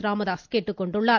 ராமதாஸ் கேட்டுக்கொண்டுள்ளார்